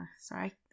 Sorry